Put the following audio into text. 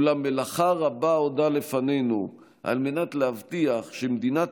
אולם מלאכה רבה עודה לפנינו על מנת להבטיח שמדינת